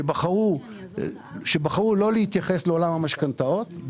שבחרו לא להתייחס לעולם המשכנתאות.